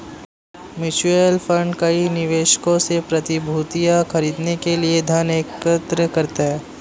mutual fund कई निवेशकों से प्रतिभूतियां खरीदने के लिए धन एकत्र करता है